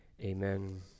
amen